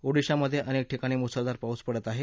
ओडिशामधे अनेक ठिकाणी मुसळधार पाऊस पडत आहे